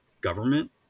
government